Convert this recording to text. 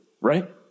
right